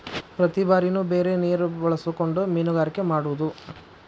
ಪ್ರತಿ ಬಾರಿನು ಬೇರೆ ನೇರ ಬಳಸಕೊಂಡ ಮೇನುಗಾರಿಕೆ ಮಾಡುದು